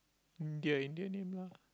Indian Indian name lah